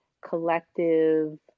collective